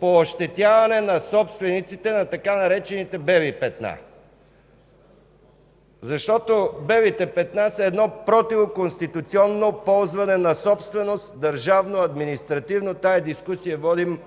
по ощетяване на собствениците на така наречените „бели петна”. Белите петна са противоконституционно ползване на собственост – държавно, административно. Тази дискусия я водим